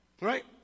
Right